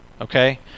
Okay